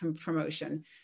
promotion